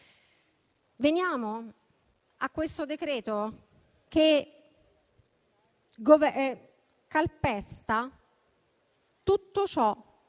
Veniamo a questo decreto, che calpesta tutto ciò